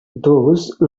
those